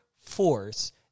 force